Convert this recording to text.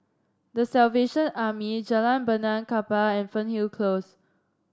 The Salvation Army Jalan Benaan Kapal and Fernhill Close